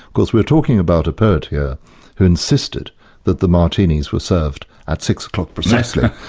because we're talking about a poet here who insisted that the martinis were served at six o'clock precisely,